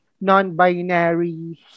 non-binary